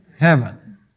Heaven